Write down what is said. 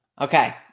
okay